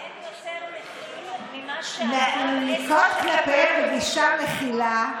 אין יותר מכיל ממה שאדם, לנקוט כלפיהם גישה מכילה.